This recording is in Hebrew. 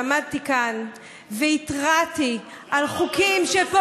ועמדתי כאן והתרעתי על חוקים למה לא רואים את זה בסקרים?